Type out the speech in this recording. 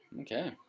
Okay